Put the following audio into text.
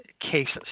cases